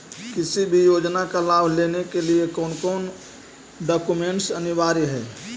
किसी भी योजना का लाभ लेने के लिए कोन कोन डॉक्यूमेंट अनिवार्य है?